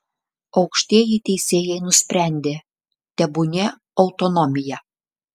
aukštieji teisėjai nusprendė tebūnie autonomija